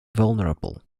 vulnerable